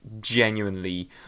genuinely